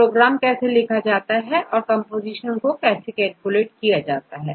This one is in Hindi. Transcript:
प्रोग्राम कैसे लिखा जाता है और कंपोजीशन को कैसे कैलकुलेट किया जा सकता है